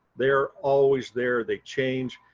they're always there. they change.